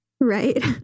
Right